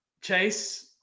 Chase